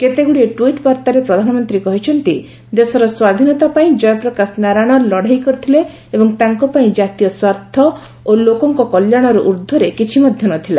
କେତେଗୁଡ଼ିଏ ଟ୍ୱିଟ୍ ବାର୍ତ୍ତାରେ ପ୍ରଧାନମନ୍ତ୍ରୀ କହିଛନ୍ତି ଦେଶର ସ୍ୱାଧୀନତା ପାଇଁ ଜୟପ୍ରକାଶ ନାରାୟଣ ଲଢ଼େଇ କରିଥିଲେ ଏବଂ ତାଙ୍କ ପାଇଁ ଜାତୀୟ ସ୍ୱାର୍ଥ ଓ ଲୋକଙ୍କ କଲ୍ୟାଶରୁ ଉର୍ଦ୍ଧ୍ୱରେ କିଛି ମଧ୍ୟ ନଥିଲା